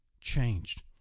changed